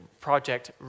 project